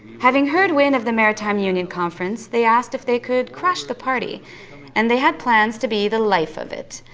having heard wind of the maritime union conference, they asked if they could crash the party and, they had plans to be the life of it.